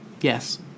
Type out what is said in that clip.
Yes